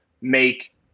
make